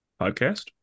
podcast